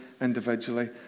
individually